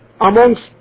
amongst